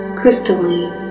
crystalline